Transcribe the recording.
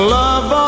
love